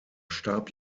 starb